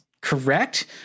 correct